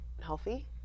healthy